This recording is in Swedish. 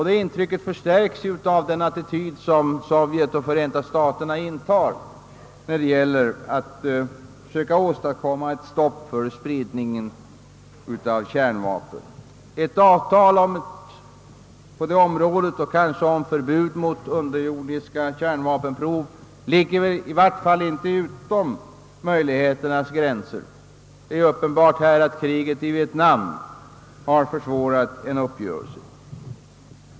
Det intrycket förstärkes om man tänker på den attityd som Förenta staterna och Sovjetunionen numera intar när det gäller att söka åstadkomma ett stopp för spridning av kärnvapen. Ett avtal på detta område om förbud mot underjordiska kärnvapenprov ligger i varje fall inte utanför möjligheternas gränser. Det är uppenbart att kriget i Vietnam har försvårat en uppgörelse.